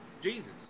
Jesus